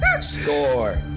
Score